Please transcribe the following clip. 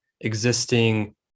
existing